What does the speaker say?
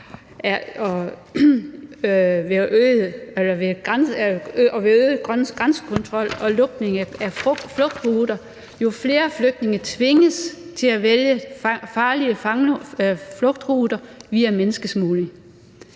ved øget grænsekontrol og lukning af flugtruter, jo flere flygtninge tvinges til at vælge farlige flugtruter via menneskesmugling.